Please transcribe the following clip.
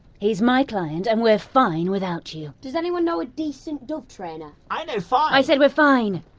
he's my client and we're fine without you. does anyone know a decent dove trainer? i know five! i said we're fine!